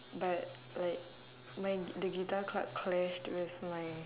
but like my the guitar club clashed with my